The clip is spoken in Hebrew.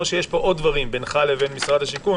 או שיש פה עוד דברים בינך לבין משרד השיכון?